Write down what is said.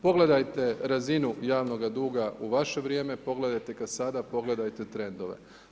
Pogledajte razinu javnoga duga u vaše vrijeme, pogledajte ga sada, pogledajte trendove.